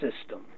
system